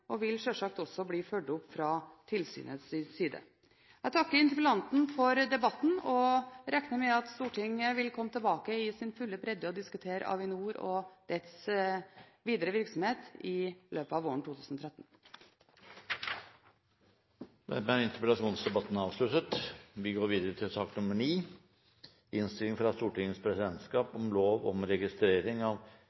og vil også selvsagt bli fulgt opp fra tilsynets side. Jeg takker interpellanten for debatten, og regner med at Stortinget vil komme tilbake og diskutere i sin fulle bredde Avinor og dets videre virksomhet i løpet av våren 2013. Dermed er interpellasjonsdebatten avsluttet. Bare veldig, veldig kort: Dette dreier seg om at presidentskapet har sluttet seg til